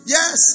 Yes